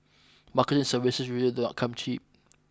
marketing services usually do not come cheap